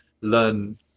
learn